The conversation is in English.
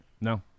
No